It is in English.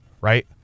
Right